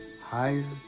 higher